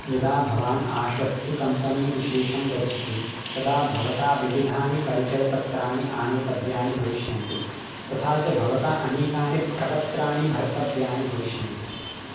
यदा भवान् आश्वस्तिकम्पनीविशेषं गच्छति तदा भवता विविधानि परिचयपत्राणि आनेतव्यानि भविष्यन्ति तथा च भवता अनेकानि प्रपत्राणि भर्तव्यानि भविष्यन्ति